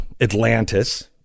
Atlantis